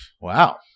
Wow